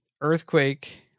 earthquake